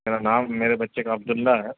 مرا نام میرے بچے کا عبد اللہ ہے